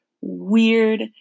weird